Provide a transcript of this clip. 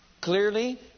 clearly